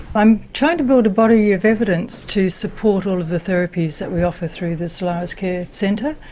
i'm trying to build a body of evidence to support all of the therapies that we offer through the solariscare centre,